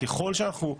ככל שאנחנו מוכרים,